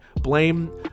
Blame